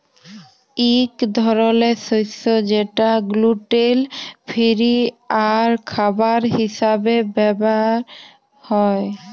ইক ধরলের শস্য যেট গ্লুটেল ফিরি আর খাবার হিসাবে ব্যাভার হ্যয়